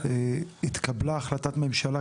התקבלה החלטת ממשלה,